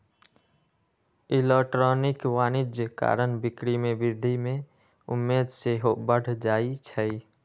electronic वाणिज्य कारण बिक्री में वृद्धि केँ उम्मेद सेहो बढ़ जाइ छइ